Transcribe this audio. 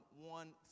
one